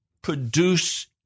produce